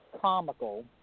comical